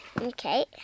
Okay